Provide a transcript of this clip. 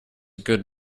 good